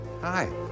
hi